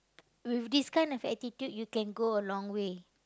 with this kind of attitude you can go a long way